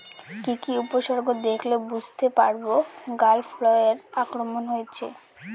কি কি উপসর্গ দেখলে বুঝতে পারব গ্যাল ফ্লাইয়ের আক্রমণ হয়েছে?